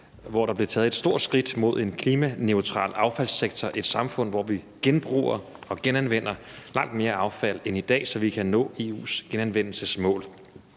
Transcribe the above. hvor der blev taget et stort skridt mod en klimaneutral affaldssektor, et samfund, hvor vi genbruger og genanvender langt mere affald end i dag, så vi kan nå EU’s genanvendelsesmål.